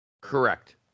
Correct